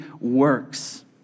works